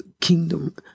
kingdom